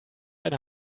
eine